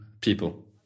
people